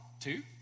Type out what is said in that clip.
two